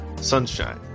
Sunshine